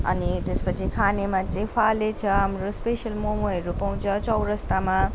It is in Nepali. अनि त्यसपछि खानेमा चाहिँ फाले छ हाम्रो स्पेसल मोमोहरू पाउँछ चौरस्तामा